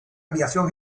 aviación